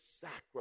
sacrifice